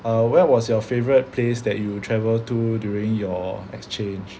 uh where was your favorite place that you travelled to during your exchange